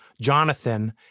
Jonathan